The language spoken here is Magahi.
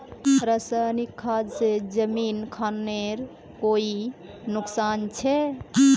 रासायनिक खाद से जमीन खानेर कोई नुकसान छे?